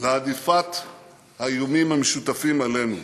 להדיפת האיומים המשותפים עלינו.